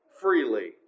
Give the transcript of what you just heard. freely